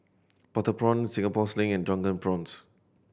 butter prawn Singapore Sling and Drunken Prawns